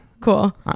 cool